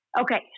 okay